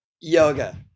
Yoga